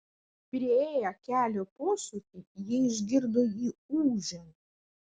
priėję kelio posūkį jie išgirdo jį ūžiant